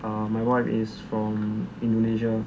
my wife is from indonesia